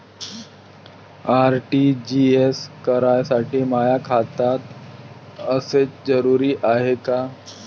RTGS करासाठी माय खात असनं जरुरीच हाय का?